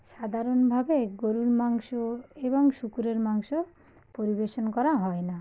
সাধারণভাবে গোরুর মাংস এবং শূকরের মাংস পরিবেশন করা হয় না